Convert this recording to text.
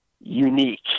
unique